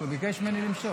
הוא ביקש ממני למשוך.